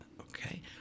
Okay